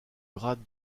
grade